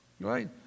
Right